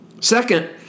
Second